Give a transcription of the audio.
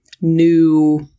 new